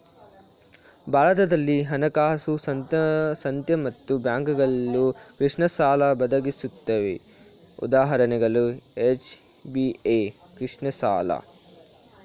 ಭಾರತದಲ್ಲಿ ಹಣಕಾಸು ಸಂಸ್ಥೆ ಮತ್ತು ಬ್ಯಾಂಕ್ಗಳು ಕೃಷಿಸಾಲ ಒದಗಿಸುತ್ವೆ ಉದಾಹರಣೆಗೆ ಎಸ್.ಬಿ.ಐ ಕೃಷಿಸಾಲ